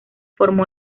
formó